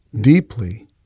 deeply